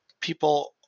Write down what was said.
people